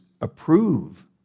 approve